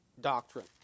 doctrine